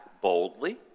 boldly